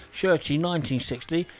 shirty1960